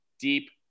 deep